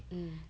mm